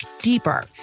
deeper